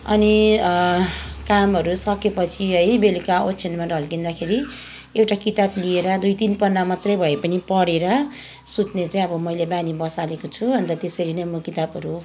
अनि कामहरू सकेपछि है बेलुका ओछ्यानमा ढल्किँदाखेरि एउटा किताब लिएर दुई तिन पन्ना मात्रै भए पनि पढेर सुत्ने चाहिँ अब मैले बानी बसालेको छु अन्त त्यसरी नै म किताबहरू